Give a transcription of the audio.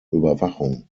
überwachung